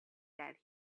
that